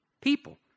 people